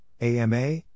AMA